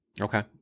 Okay